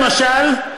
למשל,